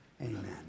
amen